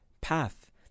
path